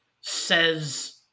says